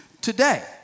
today